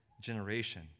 generation